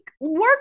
work